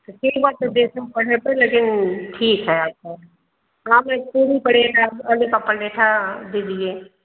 तो ठीक बात है ठीक है हाँ में पूड़ी पड़ेगा आलू की दीजिए